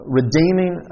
redeeming